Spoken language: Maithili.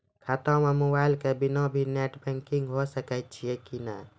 खाता म मोबाइल के बिना भी नेट बैंकिग होय सकैय छै कि नै?